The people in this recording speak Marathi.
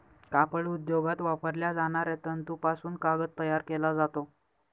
कापड उद्योगात वापरल्या जाणाऱ्या तंतूपासून कागद तयार केला जातो